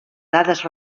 dades